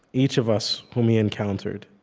each of us whom he encountered.